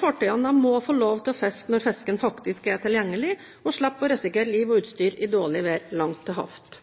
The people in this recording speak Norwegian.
fartøyene må få lov til å fiske når fisken faktisk er tilgjengelig, og slippe å risikere liv og utstyr i dårlig vær langt til havs.